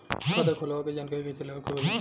खाता खोलवावे के जानकारी कैसे लेवे के होई?